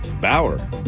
Bauer